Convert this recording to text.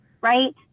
Right